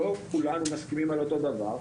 לא כולנו מסכימים על אותו דבר.